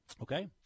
Okay